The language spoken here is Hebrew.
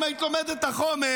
אם היית לומדת את החומר,